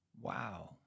Wow